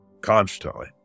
constantly